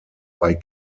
bei